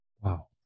Wow